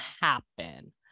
happen